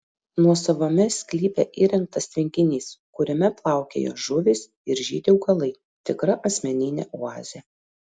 nuosavame sklype įrengtas tvenkinys kuriame plaukioja žuvys ir žydi augalai tikra asmeninė oazė